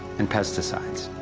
and pesticides.